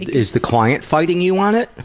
is the client fighting you on it?